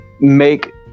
make